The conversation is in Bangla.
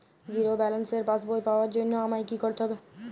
জিরো ব্যালেন্সের পাসবই পাওয়ার জন্য আমায় কী করতে হবে?